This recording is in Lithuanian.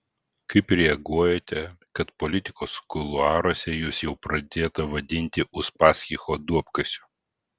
kaip reaguojate kad politikos kuluaruose jus jau pradėta vadinti uspaskicho duobkasiu